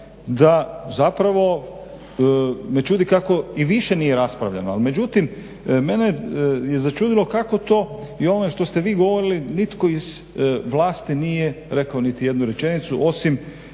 me zapravo čudi kako i više nije raspravljeno. Međutim, mene je začudilo kako to i ono što ste vi govorili nitko iz vlasti nije rekao niti jednu rečenicu osim